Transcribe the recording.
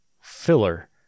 filler